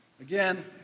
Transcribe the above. again